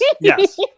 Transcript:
Yes